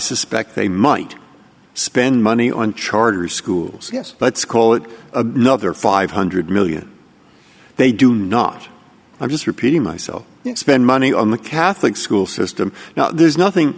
suspect they might spend money on charter schools yes let's call it a nother five hundred million they do not i'm just repeating myself expend money on the catholic school system now there's nothing